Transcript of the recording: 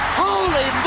holy